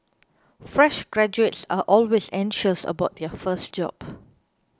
fresh graduates are always anxious about their first job